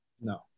No